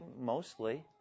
mostly